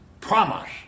promise